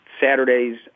Saturdays